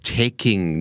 taking